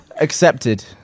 Accepted